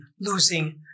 losing